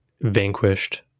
vanquished